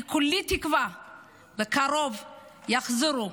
אני כולי תקווה שבקרוב יחזרו,